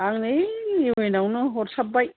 आं नै इउ एन आवनो हरसाबबाय